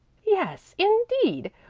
yes, indeed.